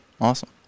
Awesome